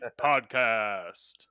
podcast